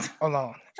alone